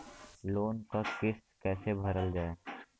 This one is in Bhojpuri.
लोन क किस्त कैसे भरल जाए?